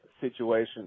situation